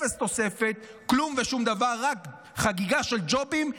אפס תוספת, כלום ושום דבר, רק חגיגה של ג'ובים.